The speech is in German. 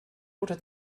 oder